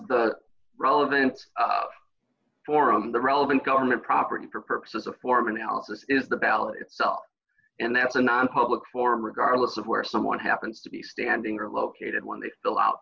the relevance of forum the relevant government property for purposes of form analysis is the ballot itself and that the nonpublic for regardless of where someone happens to be standing are located when they fill out